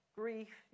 grief